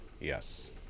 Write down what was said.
Yes